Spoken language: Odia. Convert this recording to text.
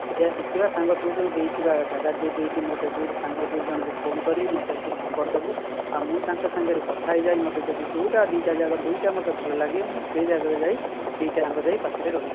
ସେଇଆ ଦେଖିବା ସାଙ୍ଗ ତୁ ଯେଉଁ ଦେଇଥିବା ଜାଗା ଦୁଇଟି ମୋତେ ଯେଉଁଠି ସାଙ୍ଗ ଦୁଇ ଜଣଙ୍କୁ ଫୋନ୍ କରିବି ମୋତେ ତୁ ନମ୍ବର୍ ଦେବୁ ଆଉ ମୁଁ ତାଙ୍କ ସାଙ୍ଗରେ କଥା ହୋଇଯାଏ ମୋତେ ଯଦି ଯେଉଁଟା ଦୁଇଟା ଜାଗାରୁ ଯେଉଁଟା ଭଲ ଲାଗିବ ମୁଁ ସେଇ ଜାଗାକୁ ଯାଇ ଦୁଇଟାଯାକ ଯାଇ ପାଖରେ ରହିବି